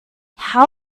how